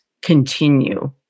continue